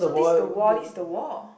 so this the wall this the wall